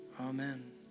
Amen